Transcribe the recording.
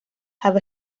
have